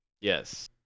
yes